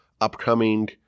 upcoming